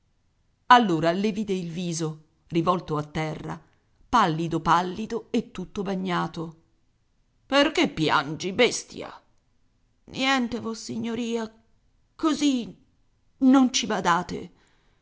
allora le vide il viso rivolto a terra pallido pallido e tutto bagnato perché piangi bestia niente vossignoria così non ci badate